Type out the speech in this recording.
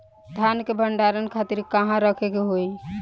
धान के भंडारन खातिर कहाँरखे के होई?